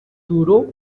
duró